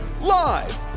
Live